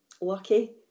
lucky